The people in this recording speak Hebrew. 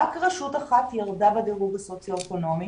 רק רשות אחת ירדה בדירוג הסוציו-אקונומי,